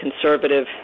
conservative